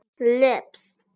Lips